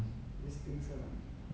his face